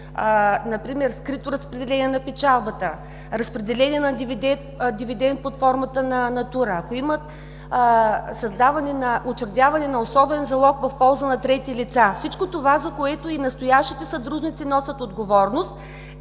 например скрито разпределение на печалбата, разпределение на дивидент под формата на натура, ако имат учредяване на особен залог в полза на трети лица – всичко това, за което и настоящите съдружници носят отговорност,